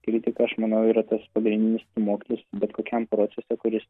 kritika aš manau yra tas pagrindinis stūmoklis betkokiam procese kuris